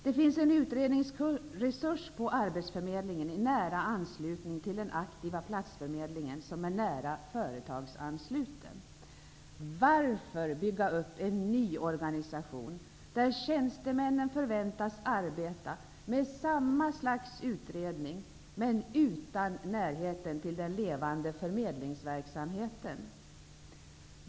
Det finns en utredningsresurs på arbetsförmedlingen i nära anslutning till den aktiva platsförmedlingen, som är nära företagsansluten. Varför bygga upp en ny organisation, där tjänstemännen förväntas arbeta med samma slags utredning, men utan närheten till den levande förmedlingsverksamheten?